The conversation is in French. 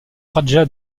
raja